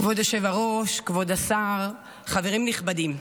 כבוד היושב-ראש, כבוד השר, חברים נכבדים,